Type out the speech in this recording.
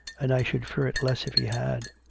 and i should fear it less if he had.